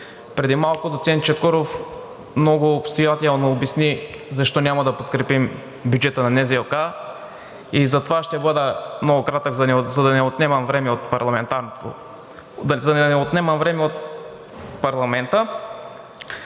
Преди малко доцент Чакъров много обстоятелно обясни защо няма да подкрепим бюджета на НЗОК и затова ще бъда много кратък, за да не отнемам време от парламента.